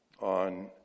on